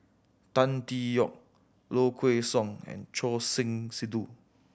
Tan Tee Yoke Low Kway Song and Choor Singh Sidhu